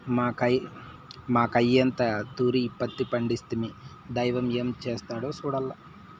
మాకయ్యంతా ఈ తూరి పత్తి పంటేస్తిమి, దైవం ఏం చేస్తాడో సూడాల్ల